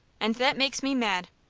and that makes me mad.